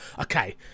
okay